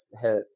hit